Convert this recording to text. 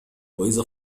وإذا